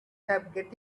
have